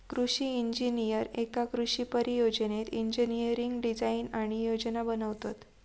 कृषि इंजिनीयर एका कृषि परियोजनेत इंजिनियरिंग डिझाईन आणि योजना बनवतत